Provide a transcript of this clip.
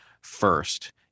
first